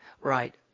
right